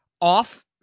off